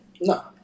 No